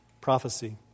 prophecy